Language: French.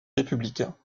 républicains